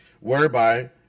Whereby